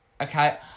Okay